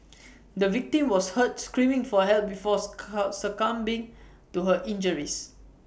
the victim was heard screaming for help before succumbing to her injuries